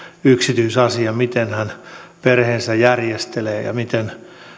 yksityisasia miten hän perheensä järjestelee ja miten